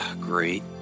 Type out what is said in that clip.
Great